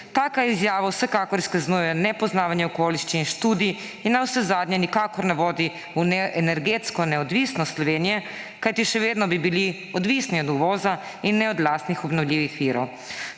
Taka izjava vsekakor izkazuje nepoznavanje okoliščin, študij in navsezadnje nikakor ne vodi v energetsko neodvisnost Slovenije, kajti še vedno bi bili odvisni od uvoza in ne od lastnih obnovljivih virov.